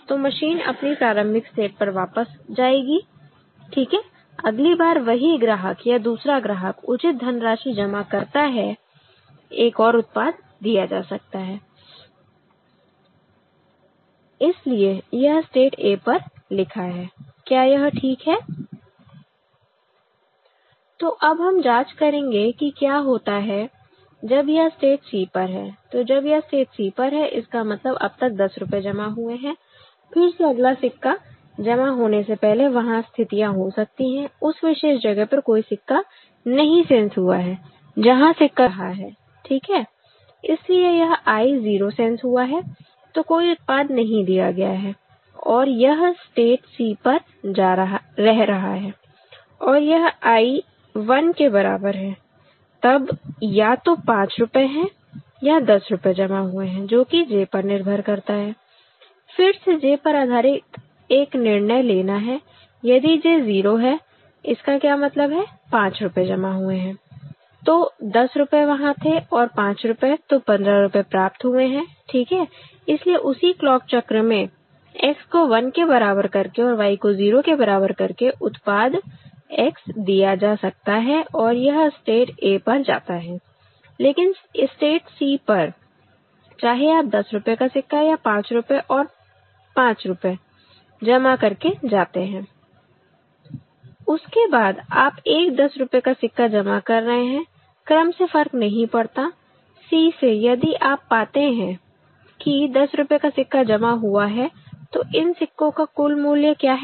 तो मशीन अपनी प्रारंभिक स्टेट पर वापस जाएगी ठीक है अगली बार वही ग्राहक या दूसरा ग्राहकउचित धनराशि जमा करता है एक और उत्पाद दिया जा सकता है इसीलिए यह स्टेट a पर लिखा है क्या यह ठीक है तो अब हम जांच करेंगे कि क्या होता है जब यह स्टेट c पर है तो जब यह स्टेट c पर है इसका मतलब अब तक 10 रुपए जमा हुए हैं फिर से अगला सिक्का जमा होने से पहले वहां स्थितियां हो सकती है उस विशेष जगह पर कोई सिक्का नहीं सेंस हुआ है जहां सिक्का जमा होने के बाद जा रहा है ठीक है इसलिए यह I 0 सेंस हुआ है तो कोई उत्पाद नहीं दिया गया है और यह स्टेट c पर रह रहा है और यह I 1 के बराबर है तब या तो 5 रुपए है या 10 रुपए जमा हुए हैं जो कि J पर निर्भर करता है फिर से J पर आधारित एक निर्णय लेना है यदि J 0 है इसका क्या मतलब है 5 रुपए जमा हुए हैं तो 10 रुपए वहां थे और 5 रुपए तो 15 रुपए प्राप्त हुए हैं ठीक है इसलिए उसी क्लॉक चक्र में X को 1 के बराबर करके और Y को 0 के बराबर करके उत्पाद X दिया जा सकता है और यह स्टेट a पर जाता है लेकिन स्टेट c पर चाहे आप 10 रुपए का सिक्का या 5 रुपए और 5 रुपए जमा करके जाते हैं उसके बाद आप एक 10 रुपए का सिक्का जमा कर रहे हैं क्रम से फर्क नहीं पड़ता c से यदि आप पाते हैं कि 10 रुपए का सिक्का जमा हुआ है तो इन सिक्कों का कुल मूल्य क्या है